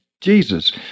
Jesus